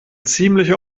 ziemliche